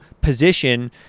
position